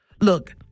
Look